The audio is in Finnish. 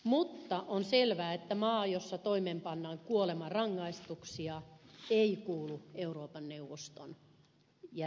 mutta on selvää että maa jossa toimeenpannaan kuolemanrangaistuksia ei kuulu euroopan neuvoston jäseneksi